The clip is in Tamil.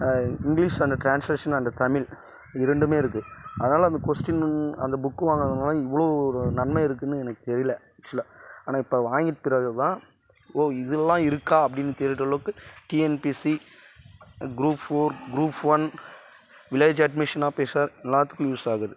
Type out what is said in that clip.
இங்கிலீஸ்க்கான ட்ரான்ஸ்லேஷன் அண்ட் தமிழ் இரண்டுமே இருக்கு அதனால் அந்த கொஷ்டின் அந்த புக்கு வாங்குனதுனால் இவ்வளோ ஒரு நன்மை இருக்குன்னு எனக்கு தெரியலை ஆக்சுவலாக ஆனால் இப்போ வாங்கி இருக்கிறது தான் ஓ இதுலாம் இருக்கா அப்படின்னு தேட்ற அளவுக்கு TNPSC group four group one village admission officer எல்லாத்துக்கும் யூஸ் ஆகுது